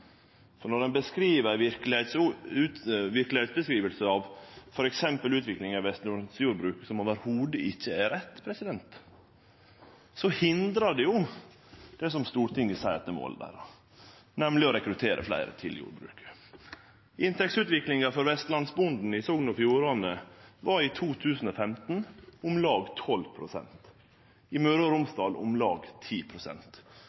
talarstol. Når ein beskriv ei verkelegheit, f.eks. av utviklinga i vestlandsjordbruket, som ikkje i det heile er rett, hindrar det det som Stortinget seier at ein målber, nemleg å rekruttere fleire til jordbruket. Inntektsutviklinga for vestlandsbonden i Sogn og Fjordane var i 2015 om lag 12 pst., i